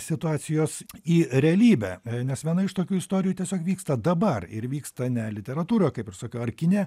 situacijos į realybę nes viena iš tokių istorijų tiesiog vyksta dabar ir vyksta ne literatūroje kaip ir sakiau ar kine